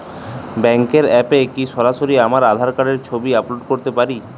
ব্যাংকের অ্যাপ এ কি সরাসরি আমার আঁধার কার্ডের ছবি আপলোড করতে পারি?